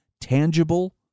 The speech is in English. Tangible